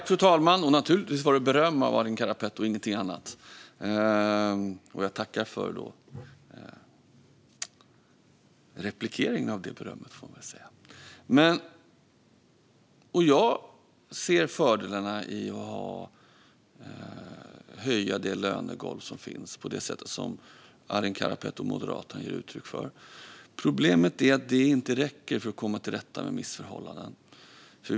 Fru talman! Naturligtvis var det beröm av Arin Karapet och ingenting annat. Jag tackar för replikeringen av det berömmet, får jag väl säga. Jag ser fördelarna med att höja lönegolvet på det sätt som Arin Karapet och Moderaterna ger uttryck för. Problemet är att det inte räcker för att komma till rätta med missförhållandena.